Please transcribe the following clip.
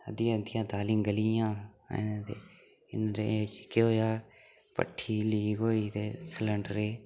अद्दियां अद्दियां दालीं गली गेइयां ते इन्ने चिरें केह् होएआ भट्ठी लीक होई ते सिलिंडरै